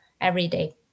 everyday